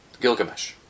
Gilgamesh